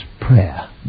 Prayer